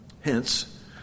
Hence